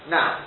Now